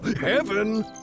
heaven